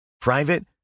Private